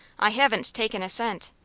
i haven't taken a cent.